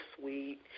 sweet